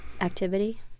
activity